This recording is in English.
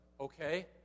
okay